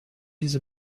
diese